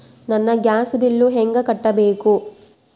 ನನ್ನ gas bill ಹೆಂಗ ಕಟ್ಟಬೇಕು?